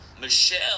Michelle